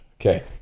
okay